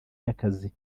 y’akazi